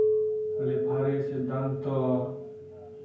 ᱨᱮᱯᱷᱟᱨᱤ ᱥᱤᱫᱽᱫᱷᱟᱱᱛᱚ